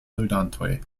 ludantoj